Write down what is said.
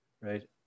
right